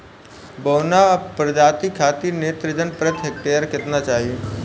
बौना प्रजाति खातिर नेत्रजन प्रति हेक्टेयर केतना चाही?